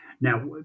Now